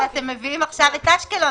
אבל אתם מביאים עכשיו את אשקלון.